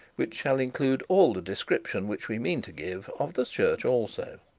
which shall include all the description which we mean to give of the church also.